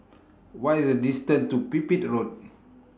What IS The distance to Pipit Road